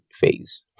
phase